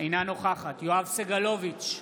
אינה נוכחת יואב סגלוביץ'